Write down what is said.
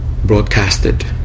Broadcasted